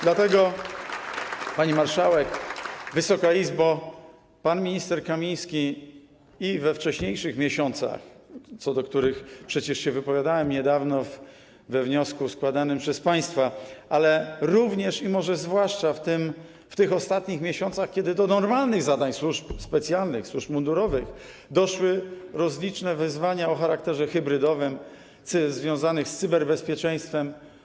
Dlatego, pani marszałek, Wysoka Izbo, pan minister Kamiński we wcześniejszych miesiącach, co do których przecież się wypowiadałem niedawno we wniosku składanym przez państwa, jak również, a może zwłaszcza w tych ostatnich miesiącach, kiedy do normalnych zadań służb specjalnych, służb mundurowych doszły rozliczne wyzwania o charakterze hybrydowym związane z cyberbezpieczeństwem.